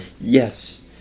yes